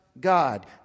God